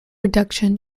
reduction